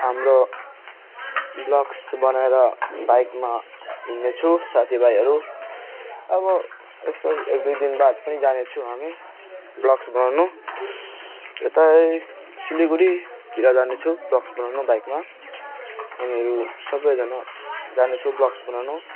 हाम्रो ब्लग्स बनाएर बाइकमा हिँड्ने छु साथी भाइहरू अब यस्तो एक दुई दिन बाद पनि जाने छु हामी ब्लग्स बनाउनु यता सिलगडीतिर जाने छु ब्लग्स बनाउनु बाइकमा हामी सबजना जाने छु ब्लग्स बनाउनु